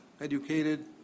educated